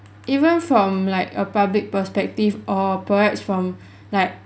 even from like a public perspective or perhaps from like